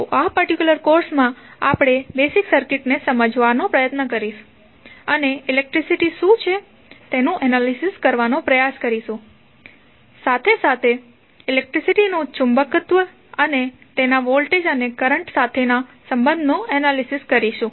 તોઆ particular course માં આપણે બેઝિક સર્કિટ્સ ને સમજવાનો પ્રયત્ન કરીશું અને ઇલેક્ટ્રિસીટી શું છે તેનું એનાલિસિસ કરવાનો પ્રયાસ કરીશું સાથે સાથે ઇલેક્ટ્રિસીટીનુ ચુંબકત્વ અને તેના વોલ્ટેજ અને અને કરંટ સાથેના સંબંધ નું એનાલિસિસ કરીશું